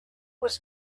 was